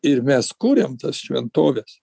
ir mes kuriam tas šventoves